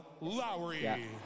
Lowry